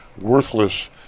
worthless